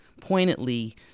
pointedly